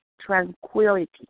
tranquility